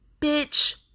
Bitch